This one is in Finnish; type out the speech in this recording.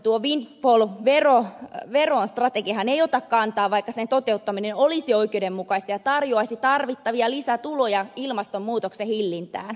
ja tuohon windfall veroon strategiahan ei ota kantaa vaikka sen toteuttaminen olisi oikeudenmukaista ja tarjoaisi tarvittavia lisätuloja ilmastonmuutoksen hillintään